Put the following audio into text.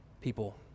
people